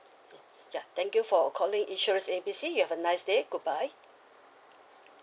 ya ya thank you for calling insurance A B C you have a nice day goodbye